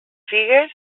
figues